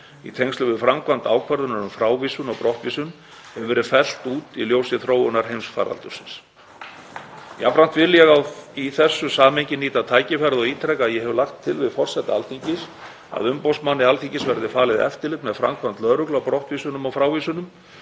í tengslum við framkvæmd ákvörðunar um frávísun og brottvísun, hefur verið fellt út í ljósi þróunar heimsfaraldursins. Jafnframt vil ég í þessu samhengi nýta tækifærið og ítreka að ég hef lagt til við forseta Alþingis að umboðsmanni Alþingis verði falið eftirlit með framkvæmd lögreglu á brottvísunum og frávísunum.